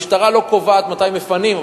המשטרה לא קובעת מתי מפנים,